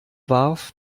warf